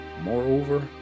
Moreover